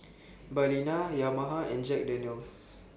Balina Yamaha and Jack Daniel's